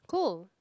cool